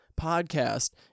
podcast